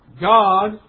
God